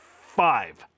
five